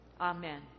Amen